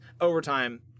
overtime